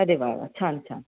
अरे वा वा छान छान